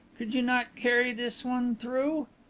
could you not carry this one through?